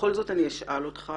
בכל זאת אני אשאל אותך,